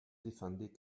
défendait